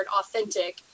authentic